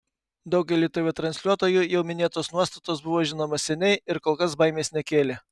daugeliui tv transliuotojų jau minėtos nuostatos buvo žinomos seniai ir kol kas baimės nekėlė